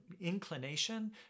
inclination